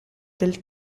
del